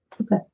Okay